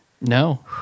No